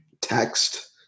text